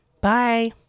Bye